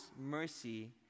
mercy